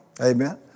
Amen